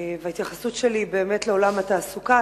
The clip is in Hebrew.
וההתייחסות שלי היא באמת לעולם התעסוקה,